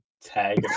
tag